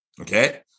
okay